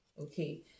Okay